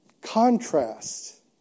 contrast